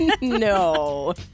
No